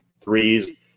threes